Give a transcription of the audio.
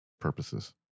purposes